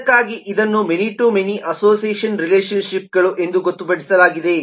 ಅದಕ್ಕಾಗಿಯೇ ಇದನ್ನು many to many association ರಿಲೇಶನ್ಶಿಪ್ಗಳು ಎಂದು ಗೊತ್ತುಪಡಿಸಲಾಗಿದೆ